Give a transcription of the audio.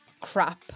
crap